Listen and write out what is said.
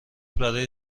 برای